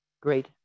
great